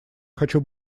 хочу